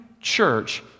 church